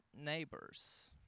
neighbors